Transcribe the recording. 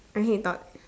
and he thought